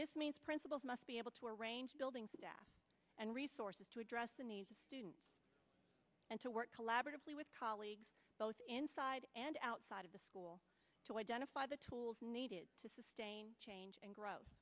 this means principals must be able to arrange buildings and resources to address the needs of students and to work collaboratively with colleagues both inside and outside of the school to identify the tools needed to change and gro